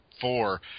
four